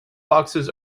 boxes